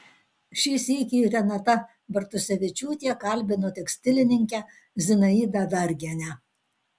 šį sykį renata bartusevičiūtė kalbino tekstilininkę zinaidą dargienę